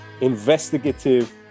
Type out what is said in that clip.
investigative